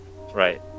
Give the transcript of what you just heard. Right